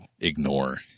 ignore